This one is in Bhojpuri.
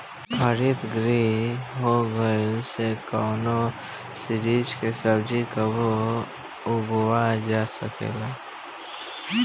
हरितगृह हो गईला से कवनो सीजन के सब्जी कबो उगावल जा सकेला